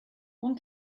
one